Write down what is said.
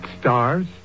stars